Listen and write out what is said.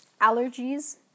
Allergies